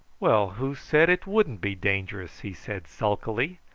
well, who said it wouldn't be dangerous? he said sulkily.